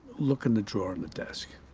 look in the drawer in the desk.